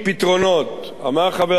אמר חבר הכנסת מולה: